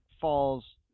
falls